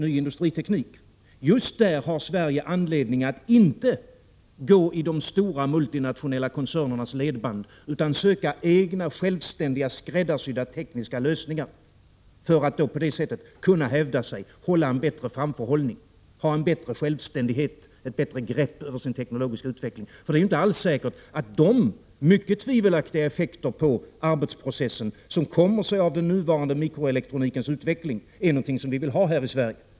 På just detta område har Sverige anledning att inte gå i de stora, multinationella koncernernas ledband utan söka egna, självständiga, skräddarsydda tekniska lösningar för att på det sättet bättre kunna hävda sig, ha en bättre framförhållning, ha mer självständighet och ett bättre grepp över den tekniska utvecklingen. Det är ju inte alls säkert att de mycket tvivelaktiga effekter på arbetsprocessen som kommer sig av den nuvarande mikroelektronikens utveckling är någonting som vi vill ha här i Sverige.